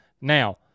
Now